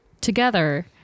Together